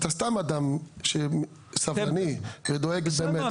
אתה אדם שהוא סבלני ודואג הרבה --- לא,